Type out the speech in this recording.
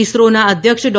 ઈસરોના અધ્યક્ષ ડો